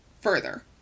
further